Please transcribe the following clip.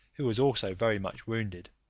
who was also very much wounded,